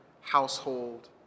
household